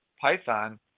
Python